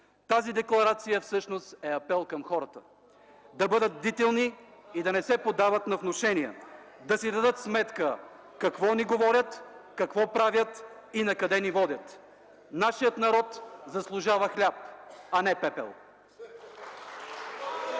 Тази декларация всъщност е апел към хората – да бъдат бдителни и да не се подават на внушения; да си дадат сметка какво ни говорят, какво правят и накъде ни водят. Нашият народ заслужава хляб, а не пепел.